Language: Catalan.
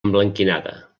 emblanquinada